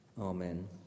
Amen